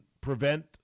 prevent